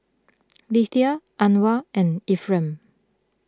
Lethia Anwar and Efrem